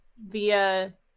Via